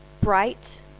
Bright